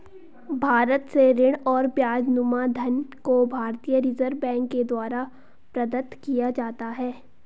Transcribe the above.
बहुत से ऋण और ब्याजनुमा धन को भारतीय रिजर्ब बैंक के द्वारा प्रदत्त किया जाता है